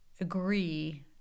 agree